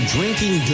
Drinking